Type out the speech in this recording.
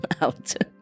out